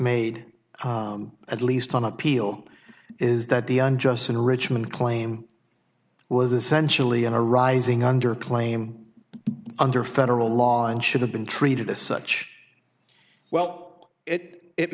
made at least on appeal is that the unjust enrichment claim was essentially in a rising under claim under federal law and should have been treated as such well it it